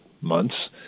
months